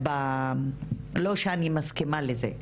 לא שאני מסכימה לזה.